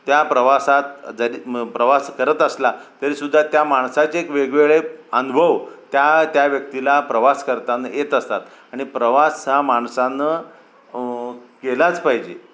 त्या प्रवासात जरी मग प्रवास करत असला तरीसुद्धा त्या माणसाचे एक वेगवेगळे अनुभव त्या त्या व्यक्तीला प्रवास करताना येत असतात आणि प्रवास हा माणसानं केलाच पाहिजे